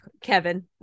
Kevin